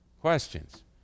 Questions